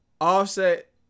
Offset